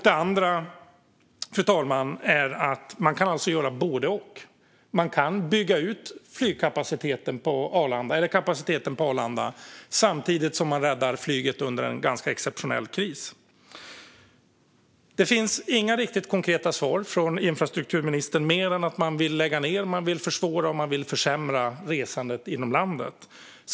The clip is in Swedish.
Det andra är att man kan göra både och, fru talman. Man kan bygga ut kapaciteten på Arlanda samtidigt som man räddar flyget under en ganska exceptionell kris. Det kommer inga konkreta svar från infrastrukturministern mer än att man vill lägga ned, försvåra och försämra resandet inom landet.